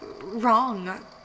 wrong